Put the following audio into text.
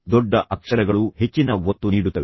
ದೊಡ್ಡ ಅಕ್ಷರಗಳು ಹೆಚ್ಚಿನ ಒತ್ತು ನೀಡುತ್ತವೆ